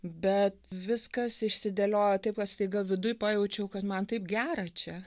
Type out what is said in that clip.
bet viskas išsidėliojo taip kad staiga viduj pajaučiau kad man taip gera čia